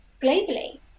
globally